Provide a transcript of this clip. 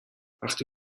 وقتی